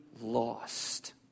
lost